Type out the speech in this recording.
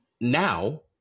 now